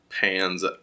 pans